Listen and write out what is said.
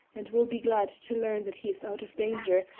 and will be glad to learn that he is out of danger,